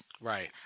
right